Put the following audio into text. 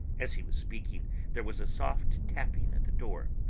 as he was speaking there was a soft tapping at the door.